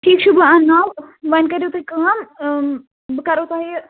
ٹھیٖک چھُ بہٕ اَنناو وَنۍ کٔرِو تُہۍ کٲم بہٕ کَرو تۄہہِ